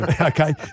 Okay